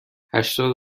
هشتاد